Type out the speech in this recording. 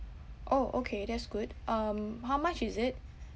orh okay that's good um how much is it